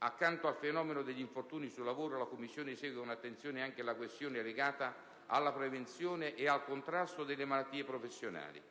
Accanto al fenomeno degli infortuni sul lavoro, la Commissione segue con attenzione anche le questioni legate alla prevenzione e al contrasto delle malattie professionali.